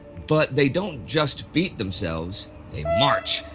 but they don't just beat themselves, they march.